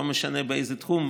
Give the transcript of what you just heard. לא משנה של איזה תחום,